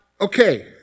okay